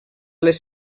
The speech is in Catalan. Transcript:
les